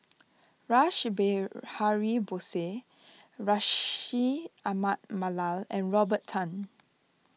Rash Behari Bose Bashir Ahmad Mallal and Robert Tan